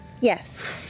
Yes